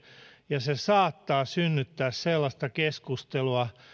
ja se saattaa synnyttää sellaista keskustelua